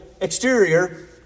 exterior